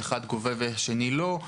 שאחד גובה והשני לא,